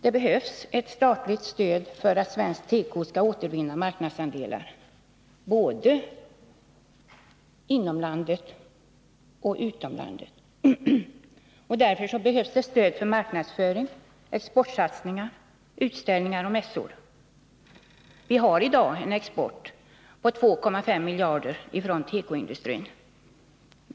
Det behövs ett statligt stöd för att svensk teko skall kunna återvinna marknadsandelar, både inom landet och utom landet. Därför är det nödvändigt med stöd åt marknadsföring, exportsatsningar, utställningar och mässor. Vi har i dag en export på 2,5 miljarder kronor från tekoindustrin.